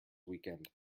weekend